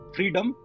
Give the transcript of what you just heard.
Freedom